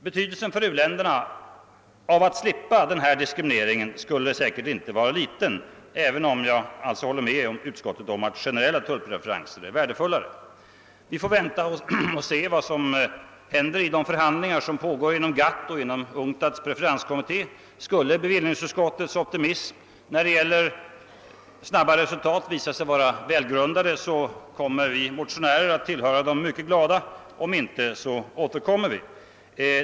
Betydelsen för u-länderna av att slippa denna diskriminering skulle säkerligen inte vara liten, även om jag alltså håller med utskottet om att generella tullpreferenser är värdefullare. Vi får nu vänta och se vad som händer vid de förhandlingar som pågår inom GATT och UNCTAD:s preferenskommitté. Om bevillningsutskottets optimism när det gäller snabba resultat skulle visa sig välgrundad, så kommer vi motionärer att tillhöra de mycket glada; i annat fall återkommer vi.